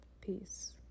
Peace